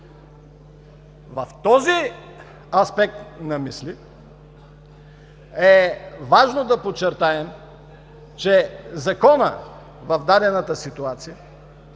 В този аспект на мисли е важно да подчертаем, че Законът в дадената ситуация води